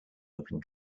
open